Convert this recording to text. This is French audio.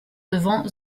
devant